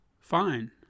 fine